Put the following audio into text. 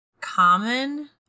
common